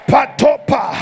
Patopa